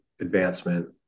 advancement